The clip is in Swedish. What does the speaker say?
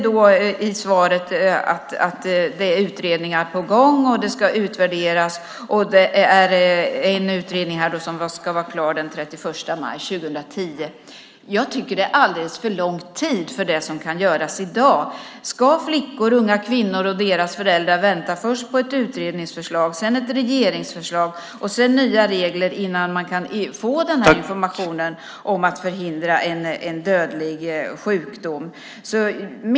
Av svaret framgår att utredningar är på gång, och de ska utvärderas. En utredning ska vara klar den 31 maj 2010. Jag tycker att det är alldeles för lång tid för det som kan göras i dag. Ska flickor, unga kvinnor och deras föräldrar vänta först på ett utredningsförslag, sedan på ett regeringsförslag och sedan på nya regler innan de kan få informationen om att förhindra en dödlig sjukdom?